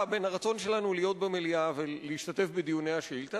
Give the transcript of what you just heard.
בין הרצון שלנו להיות במליאה ולהשתתף בדיוני השאילתא